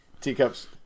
Teacups